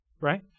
right